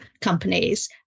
companies